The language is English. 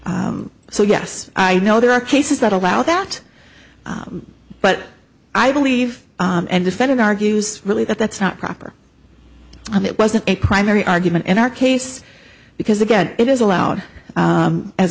estate so yes i know there are cases that allow that but i believe and defendant argues really that that's not proper and it wasn't a primary argument in our case because again it is allowed